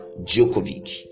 Djokovic